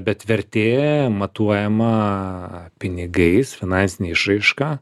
bet vertė matuojama pinigais finansine išraiška